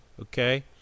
okay